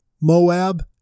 Moab